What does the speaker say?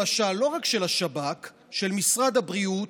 למשל, לא רק של השב"כ, של משרד הבריאות,